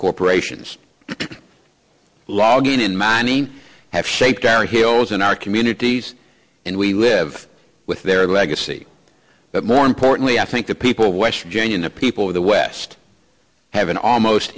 corporations logging in mining have shaped our hills in our communities and we live with their legacy but more importantly i think the people west virginian the people of the west have an almost